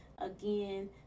again